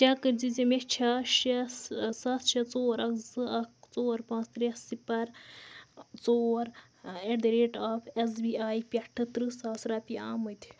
check کٔرِ زِ مےٚ چھےٚ شےٚ سَتھ شےٚ ژور اَکھ زٕ اَکھ ژور پانٛژھ ترٛےٚ صفر ژور eight the rate of S B پٮ۪ٹھٕ ترٕہ ساس رۄپیہِ آمٕتی